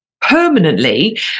permanently